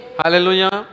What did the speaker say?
Hallelujah